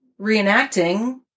reenacting